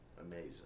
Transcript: amazing